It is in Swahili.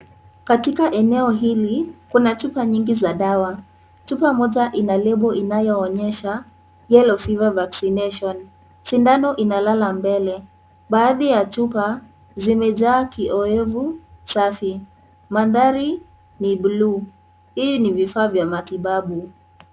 Katika eneo hili kuna chupa nyingi za dawa. Chupa moja ina lebo inayoonyesha Yellow Fever Vaccination . Sindano inalala mbele. Baadhi ya chupa zimejaa kioevu safi. Mandhari ni bluu. Hii ni vifaa vya matibabu.